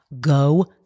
go